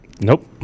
Nope